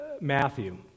Matthew